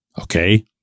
Okay